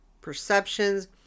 perceptions